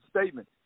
statement